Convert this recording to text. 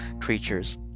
creatures